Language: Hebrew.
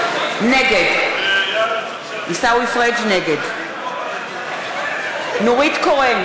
נגד עיסאווי פריג' נגד נורית קורן,